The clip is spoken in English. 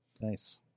Nice